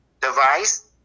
Device